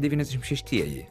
devyniasdešim šeštieji